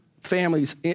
families